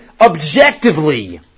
objectively